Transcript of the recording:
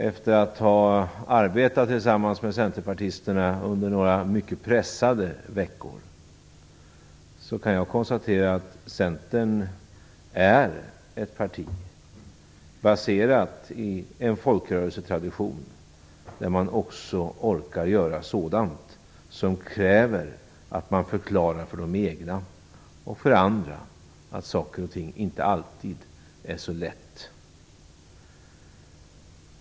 Efter att ha arbetat tillsammans med centerpartisterna under några mycket pressade veckor kan jag konstatera att Centern är ett parti baserat i en folkrörelsetradition där man också orkar göra sådant som kräver att man förklarar för de egna, och för andra, att saker och ting inte alltid är så enkla.